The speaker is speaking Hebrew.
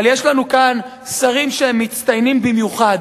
אבל יש לנו שרים שהם מצטיינים במיוחד.